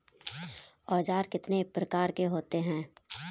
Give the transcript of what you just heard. औज़ार कितने प्रकार के होते हैं?